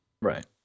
Right